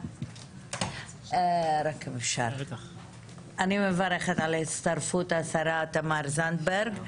אני מברכת על הצטרפות השרה תמר זנדברג.